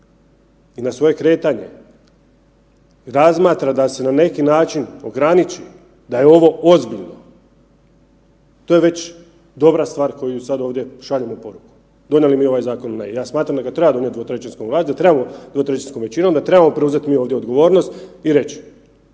i na svoje kretanje razmatra da se na neki način ograniči da je ovo ozbiljno. To je već dobra stvar koju sad ovdje šaljemo poruku donijeli mi ovaj zakon ili ne. Ja smatram da ga trebamo donijeti dvotrećinskom većinom, da trebamo mi preuzet ovdje odgovornost i reći